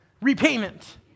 repayment